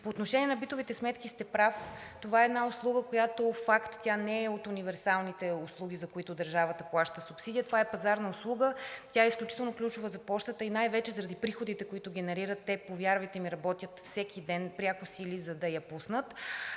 По отношение на битовите сметки сте прав – това е една услуга, която е факт. Тя не е от универсалните услуги, за които държавата плаща субсидия, а това е пазарна услуга. Тя е изключително ключова за пощите и най-вече заради приходите, които генерират. Повярвайте ми, те работят всеки ден пряко сили, за да я пуснат.